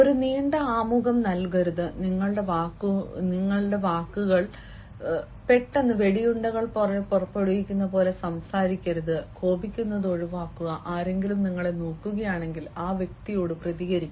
ഒരു നീണ്ട ആമുഖം നൽകരുത് നിങ്ങൾ വാക്കുകളുടെ വെടിയുണ്ടകൾ പുറപ്പെടുവിക്കുന്ന പോലെ സംസാരിക്കരുത് കോപിക്കുന്നത് ഒഴിവാക്കുക ആരെങ്കിലും നിങ്ങളെ നോക്കുകയാണെങ്കിൽ ആ വ്യക്തിയോട് പ്രതികരിക്കണം